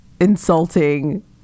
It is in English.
insulting